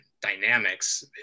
dynamics